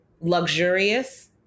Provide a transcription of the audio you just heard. luxurious